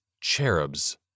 cherubs